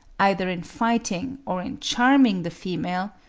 either in fighting or in charming the female,